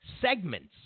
segments